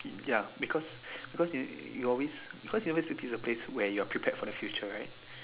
ya because because you you always cause you always because university is the place where you're prepared for the future right